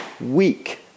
week